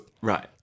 right